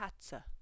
Katze